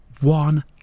one